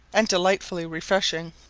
and delightfully refreshing.